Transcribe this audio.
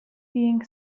being